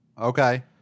Okay